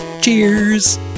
Cheers